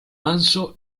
manso